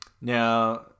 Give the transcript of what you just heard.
Now